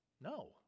No